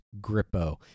Grippo